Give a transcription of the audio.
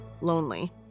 lonely